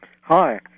Hi